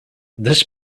this